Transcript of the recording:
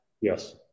Yes